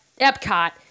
Epcot